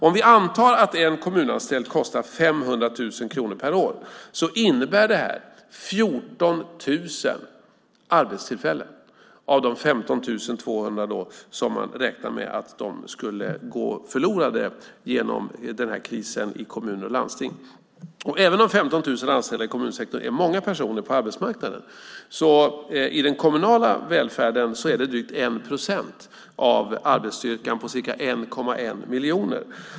Om vi antar att en kommunanställd kostar 500 000 kronor per år innebär detta 14 000 arbetstillfällen av de 15 200 som man räknar med skulle gå förlorade genom krisen i kommuner och landsting. Även om 15 000 anställda i kommunsektorn är många på arbetsmarknaden utgör de drygt 1 procent av arbetsstyrkan i den kommunala välfärden på ca 1,1 miljon.